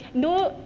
no,